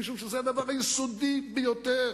משום שזה דבר יסודי ביותר.